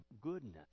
goodness